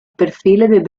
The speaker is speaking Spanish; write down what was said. perfiles